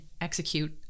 execute